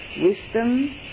wisdom